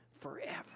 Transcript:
Forever